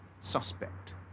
suspect